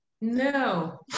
No